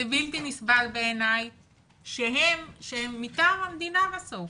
זה בלתי נסבל בעיני שהם, שהם עיקר המדינה בסוף,